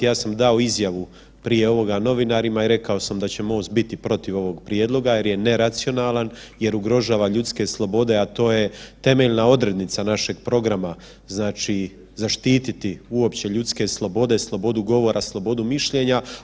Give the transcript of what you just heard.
Ja sam dao izjavu prije ovoga novinarima i rekao sam da će MOST biti protiv ovog prijedloga jer je neracionalan, jer ugrožava ljudske slobode, a to je temeljna odrednica našeg programa znači zaštiti uopće ljudske slobode, slobodu govora, slobodu mišljenja.